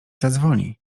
zadzwoni